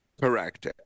correct